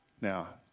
Now